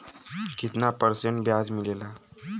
कितना परसेंट ब्याज मिलेला?